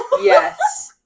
yes